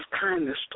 kindness